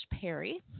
Perry